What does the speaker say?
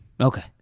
Okay